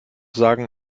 sagen